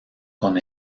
con